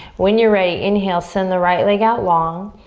when you're ready, inhale. send the right leg out long.